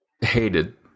hated